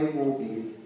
movies